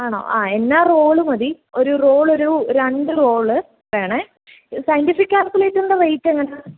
ആണോ ആ എന്നാൽ റോള് മതി ഒരു റോളൊരു രണ്ട് റോള് വേണേ സയൻറ്റിഫിക് കാൽക്കുലേറ്ററിൻ്റെ റേറ്റെങ്ങനാണ്